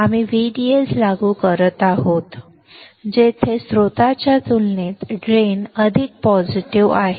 आम्ही VDS लागू करत आहोत जेथे स्त्रोताच्या तुलनेत ड्रेन अधिक सकारात्मक आहे